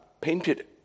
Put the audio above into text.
painted